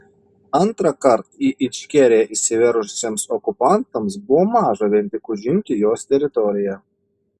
antrąkart į ičkeriją įsiveržusiems okupantams buvo maža vien tik užimti jos teritoriją